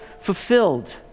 fulfilled